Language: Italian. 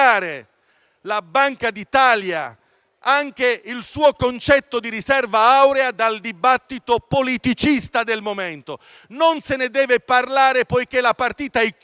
la Banca d'Italia e il suo concetto di riserva aurea dal dibattito politicista del momento. Non se ne deve parlare, poiché la partita è chiusa,